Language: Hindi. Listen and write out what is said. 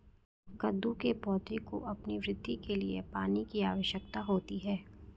कद्दू के पौधों को अपनी वृद्धि के लिए पानी की आवश्यकता होती है